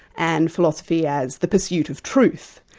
and philosophy as the pursuit of truth.